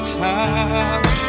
time